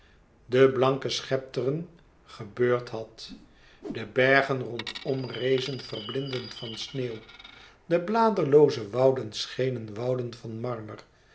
de blanke schepteren gebeurd had de bergen rondom rezen verblindend van sneeuw de bladerlooze wouden schenen wouden van marmer